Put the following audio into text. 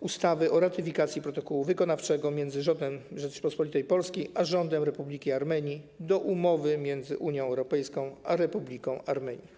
ustawy o ratyfikacji protokołu wykonawczego między Rządem Rzeczypospolitej Polskiej a Rządem Republiki Armenii do umowy między Unią Europejską a Republiką Armenii.